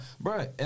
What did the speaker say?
Bro